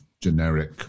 generic